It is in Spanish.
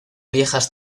viejas